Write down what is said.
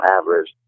average